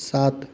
सात